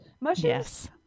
mushrooms